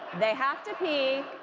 they have to pee,